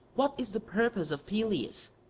what is the purpose of pelias?